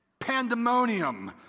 Pandemonium